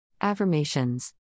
Affirmations